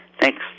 Thanks